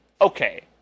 okay